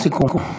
משפט סיכום.